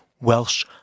Welsh